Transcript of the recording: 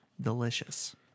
Delicious